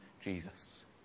Jesus